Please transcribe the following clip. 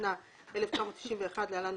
התשנ"א-1991 (להלן,